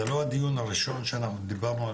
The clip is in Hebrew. זה לא הדיון הראשון שאנחנו דיברנו על